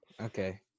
okay